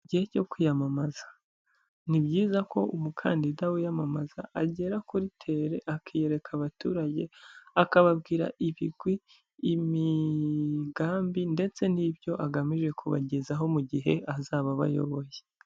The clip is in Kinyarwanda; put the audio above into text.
Igihe cyo kwiyamamaza, ni byiza ko umukandida wiyamamaza agera kuri tere akiyereka abaturage, akababwira ibigwi, imigambi ndetse n'ibyo agamije kubagezaho mu gihe azaba abayoboye.